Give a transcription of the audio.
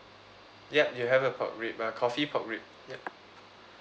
yup you have a pork rib uh coffee pork rib yup